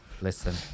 Listen